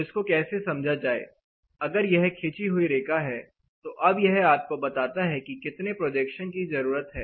तो इसको कैसे समझा जाए अगर यह खींची हुई रेखा है तो अब यह आपको बताता है कि कितने प्रोजेक्शन की जरूरत है